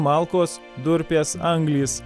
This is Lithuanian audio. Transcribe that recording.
malkos durpės anglys